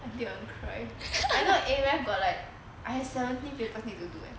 until I want cry I know a math got like I have seventeen papers need to do eh